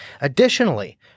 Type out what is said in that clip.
Additionally